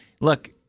Look